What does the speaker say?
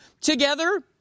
together